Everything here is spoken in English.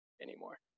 anymore